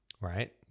right